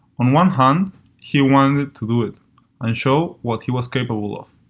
on one hand he wanted to do it and show what he was capable of.